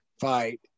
fight